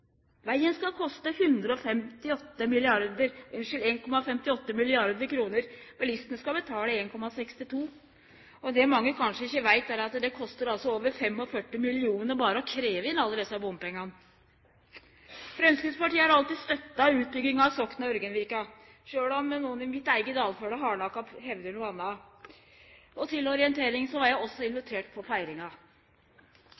Vegen skal koste 1,58 mrd. kr, bilistane skal betale 1,62 mrd. kr. Det mange kanskje ikkje veit, er at det kostar over 45 mill. kr berre å krevje inn alle desse bompengane. Framstegspartiet har alltid støtta utbygginga av strekninga Sokna–Ørgenvika, sjølv om nokon i mitt eige dalføre hardnakka hevdar noko anna. Til orientering: Eg var også